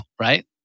right